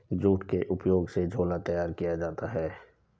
jute के उपयोग से झोला तैयार किया जाता है